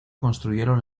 construyeron